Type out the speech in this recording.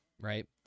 right